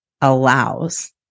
allows